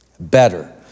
Better